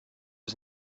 was